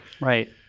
Right